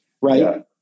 Right